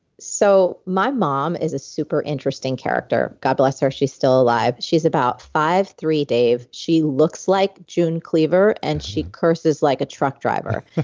so my mom is a super interesting character. god bless her. she's still alive. she's about five zero three, dave. she looks like june cleaver and she curses like a truck driver.